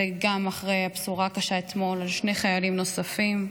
וגם, אחרי הבשורה הקשה אתמול, שני חיילים נוספים.